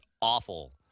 awful